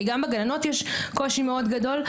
כי גם בגננות יש קושי מאוד גדול.